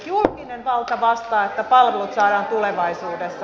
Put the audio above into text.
julkinen valta vastaa että palvelut saadaan tulevaisuudessa